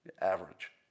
average